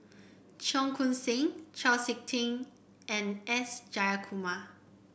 Cheong Koon Seng Chau SiK Ting and S Jayakumar